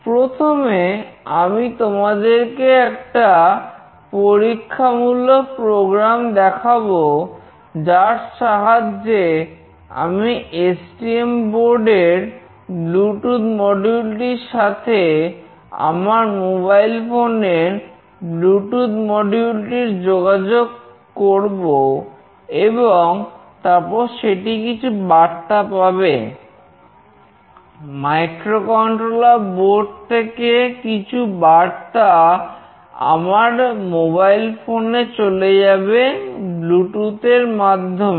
প্রথমে আমি তোমাদেরকে একটা পরীক্ষামূলক প্রোগ্রাম এর মাধ্যমে